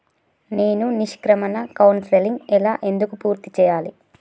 నేను నిష్క్రమణ కౌన్సెలింగ్ ఎలా ఎందుకు పూర్తి చేయాలి?